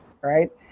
right